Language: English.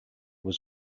was